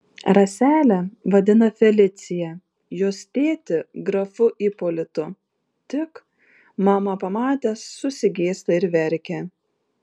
raselę vadina felicija jos tėtį grafu ipolitu tik mamą pamatęs susigėsta ir verkia